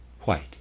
white